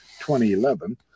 2011